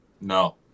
No